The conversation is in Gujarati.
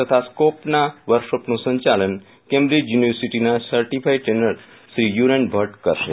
તથા સ્કોપ ના વર્કશોપનું સંચાલન કેમ્બ્રોજ યનિર્વસીટીના સર્ટીફાઈડ ટ્રેનરશ્રી યુરેન ભટ કરશે